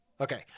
Okay